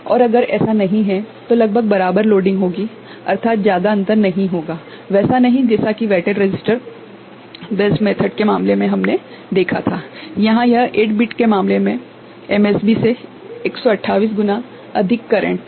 और अगर ऐसा नहीं है तो लगभग बराबर लोडिंग होगी अर्थात ज्यादा अंतर नहीं होगा वैसा नहीं जैसा की वेटेड रसिस्टर आधारित विधि के मामले में हमने देखा था जहां यह -8 बिट के मामले में एमएसबी मे 128 गुना अधिक करेंट था